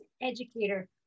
educator